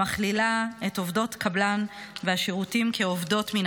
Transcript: שמכלילה את עובדות הקבלן והשירותים כעובדות מן